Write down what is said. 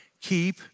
Keep